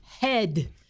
head